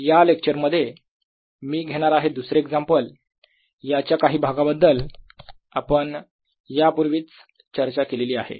या लेक्चर मध्ये मी घेणार आहे दुसरे एक्झाम्पल याच्या काही भागाबद्दल आपण यापूर्वीच चर्चा केलेली आहे